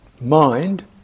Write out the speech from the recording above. mind